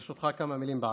ברשותך, כמה מילים בערבית.